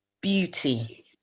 beauty